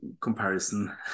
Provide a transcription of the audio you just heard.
comparison